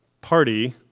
party